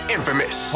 Infamous